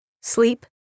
sleep